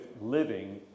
living